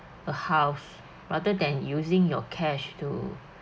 a house rather than using your cash to